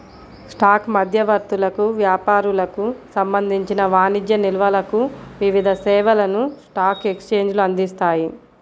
stock మధ్యవర్తులకు, వ్యాపారులకు సంబంధించిన వాణిజ్య నిల్వలకు వివిధ సేవలను స్టాక్ ఎక్స్చేంజ్లు అందిస్తాయి